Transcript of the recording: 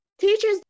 Teachers